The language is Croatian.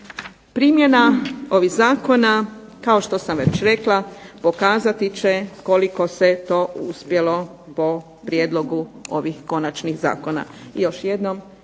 Primjena ovih zakona kao što sam već rekla pokazati će koliko se to uspjelo po prijedlogu ovih konačnih zakona.